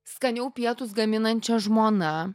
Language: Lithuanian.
skaniau pietus gaminančia žmona